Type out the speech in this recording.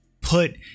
put